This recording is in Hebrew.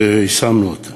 ויישמנו אותן.